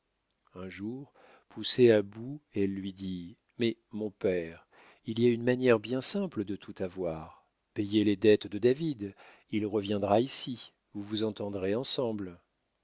un jour poussée à bout elle lui dit mais mon père il y a une manière bien simple de tout avoir payez les dettes de david il reviendra ici vous vous entendrez ensemble